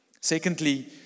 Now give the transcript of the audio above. secondly